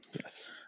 yes